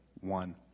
one